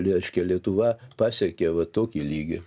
reiškia lietuva pasiekė va tokį lygį